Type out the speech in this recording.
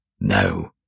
No